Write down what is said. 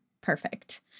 Perfect